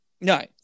No